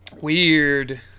Weird